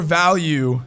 value